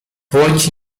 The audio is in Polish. łodzi